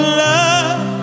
love